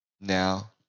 now